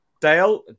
Dale